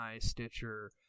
Stitcher